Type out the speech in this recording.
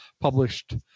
published